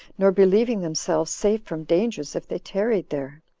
nor believing themselves safe from dangers if they tarried there.